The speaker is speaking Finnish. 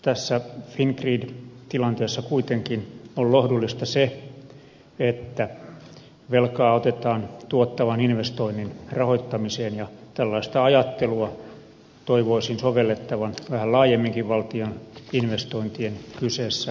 tässä fingrid tilanteessa kuitenkin on lohdullista se että velkaa otetaan tuottavan investoinnin rahoittamiseen ja tällaista ajattelua toivoisin sovellettavan vähän laajemminkin valtion investointien kyseessä ollen